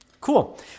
cool